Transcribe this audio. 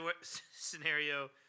scenario